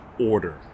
order